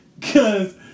cause